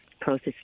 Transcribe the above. Process